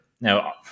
Now